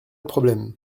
problème